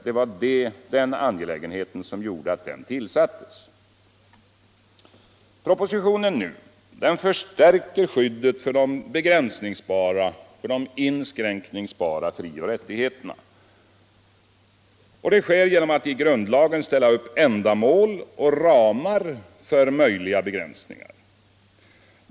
Den föreliggande propositionen förstärker skyddet för de begränsningsbara frioch rättigheterna genom att i grundlagen ställa upp ändamål och ramar för möjliga begränsningar.